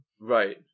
Right